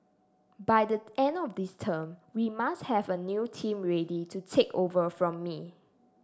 by the end of this term we must have a new team ready to take over from me